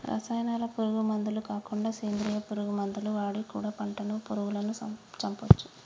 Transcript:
రసాయనాల పురుగు మందులు కాకుండా సేంద్రియ పురుగు మందులు వాడి కూడా పంటను పురుగులను చంపొచ్చు